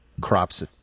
crops